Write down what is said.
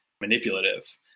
manipulative